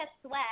sweat